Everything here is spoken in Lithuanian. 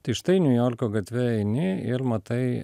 tai štai niujorko gatve eini ir matai